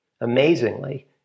Amazingly